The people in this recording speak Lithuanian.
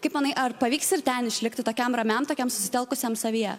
kaip manai ar pavyks ir ten išlikti tokiam ramiam tokiam susitelkusiam savyje